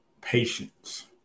patience